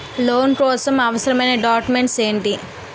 Loan కోసం అవసరమైన documents ఎంటి?